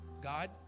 God